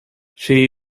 she